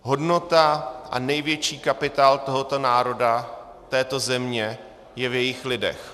Hodnota a největší kapitál tohoto národa, této země, je v jejích lidech.